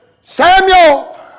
Samuel